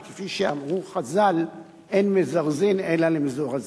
כפי שאמרו חז"ל: אין מזרזים אלא למזורזים.